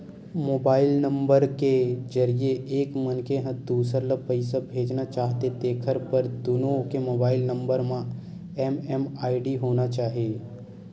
mobile number के जरिए एक मनखे ह दूसर ल पइसा भेजना चाहथे तेखर बर दुनो के मोबईल नंबर म एम.एम.आई.डी होना चाही